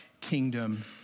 kingdom